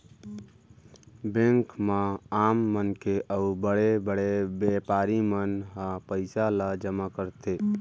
bank म आम मनखे अउ बड़े बड़े बेपारी मन ह पइसा ल जमा करथे